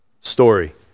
story